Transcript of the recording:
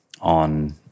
on